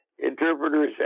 interpreters